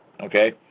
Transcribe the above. Okay